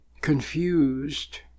confused